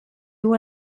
dugu